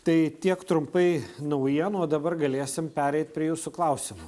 tai tiek trumpai naujienų o dabar galėsim pereit prie jūsų klausimų